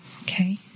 okay